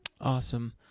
Awesome